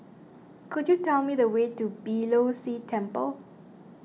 could you tell me the way to Beeh Low See Temple